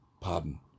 Pardon